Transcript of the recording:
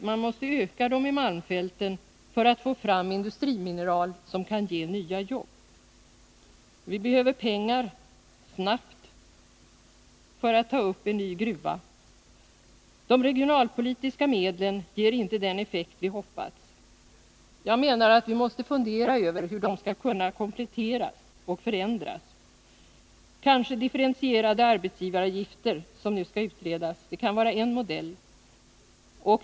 Man måste öka dessa i malmfälten för att få fram industrimineral som kan ge nya jobb. Vi behöver pengar snabbt för att ta upp en gruva, Viscariagruvan. De regionalpolitiska medlen ger inte den effekt vi hoppats. Jag anser att vi måste fundera över hur de skall kunna kompletteras och förändras. Kanske differentierade arbetsgivaravgifter, en fråga som nu skall utredas, kan vara en modell.